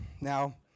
Now